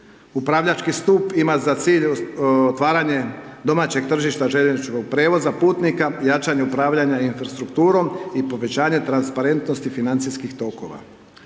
Upravljački stup ima za cilj otvaranje domaćeg tržišta željezničkog prijevoza putnika, jačanju upravljanja infrastrukturom i povećanje transparentnosti financijskih tokova.